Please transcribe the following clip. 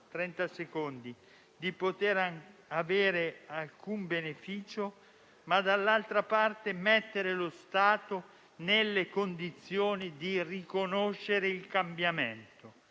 con le mafie di poter avere alcun beneficio, ma, dall'altra parte, mettere lo Stato nelle condizioni di riconoscere il cambiamento.